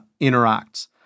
interacts